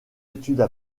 études